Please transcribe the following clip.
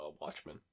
Watchmen